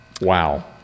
Wow